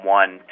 one